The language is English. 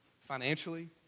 financially